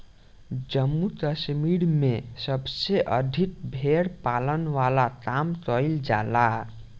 जम्मू कश्मीर में सबसे अधिका भेड़ पालन वाला काम कईल जाला